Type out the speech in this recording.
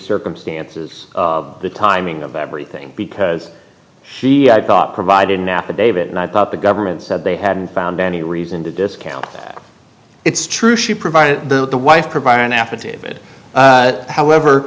circumstances the timing of everything because she thought provided an affidavit and i thought the government said they hadn't found any reason to discount that it's true she provided the wife proviron affidavit however